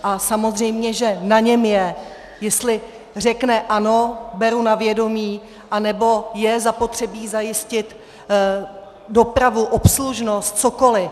A samozřejmě že na něm je, jestli řekne ano, beru na vědomí, anebo je zapotřebí zajistit dopravu, obslužnost, cokoli.